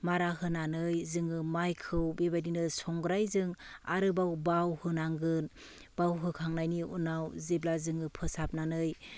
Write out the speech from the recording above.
मारा होनानै जोङो मायखौ बेबायदिनो संग्राइजों आरोबाव बाव होनांगोन बाव होखांनायनि उनाव जेब्ला जोङो फोसाबनानै